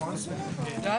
בשעה